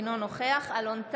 אינו נוכח אלון טל,